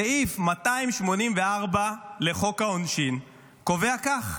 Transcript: סעיף 284 לחוק העונשין קובע כך: